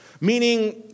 Meaning